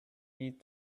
need